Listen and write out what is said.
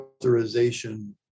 authorization